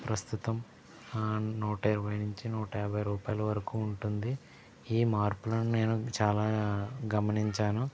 ప్రస్తుతం నూట ఇరవై నుంచి నూట యాభై రూపాయల వరకు ఉంటుంది ఈ మార్పులను నేను చాలా గమనించాను